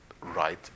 right